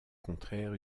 contraire